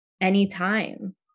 anytime